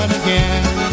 again